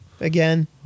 again